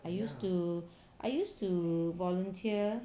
I used to I used to volunteer